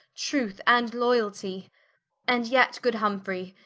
truth, and loyaltie and yet, good humfrey,